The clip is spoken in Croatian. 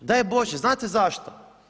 Daj Bože, znate zašto?